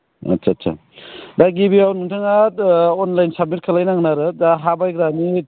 आतसा आतसा दा गिबियाव नोंथाङा अनलाइन साबमिट खालायनांगोन आरो दा हा बाइग्रानि